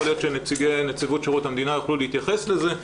יכול להיות שנציגי נציבות שירות המדינה יוכלו להתייחס לזה,